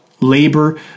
labor